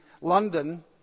London